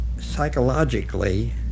psychologically